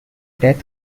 death